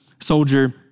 soldier